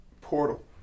portal